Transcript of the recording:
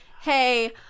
hey